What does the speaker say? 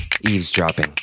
Eavesdropping